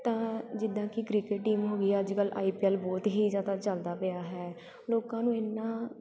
ਤਾਂ ਜਿੱਦਾਂ ਕਿ ਕ੍ਰਿਕਟ ਟੀਮ ਹੋਈ ਅੱਜ ਕੱਲ੍ਹ ਆਈ ਪੀ ਐਲ ਬਹੁਤ ਹੀ ਜ਼ਿਆਦਾ ਚੱਲਦਾ ਪਿਆ ਹੈ ਲੋਕਾਂ ਨੂੰ ਇੰਨਾਂ